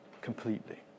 Completely